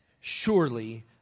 surely